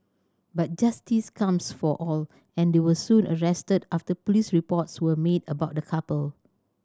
but justice comes for all and they were soon arrested after police reports were made about the couple